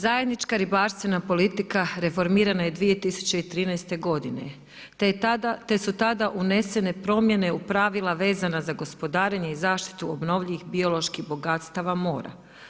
Zajednička ribarstvena politika reformirana je 2013. godine, te su tada unesene promjene u pravila vezana za gospodarenje i zaštitu obnovljivih bioloških bogatstava mora.